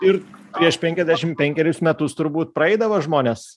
ir prieš penkiasdešim penkerius metus turbūt praeidavo žmonės